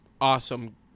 awesome